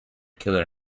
killer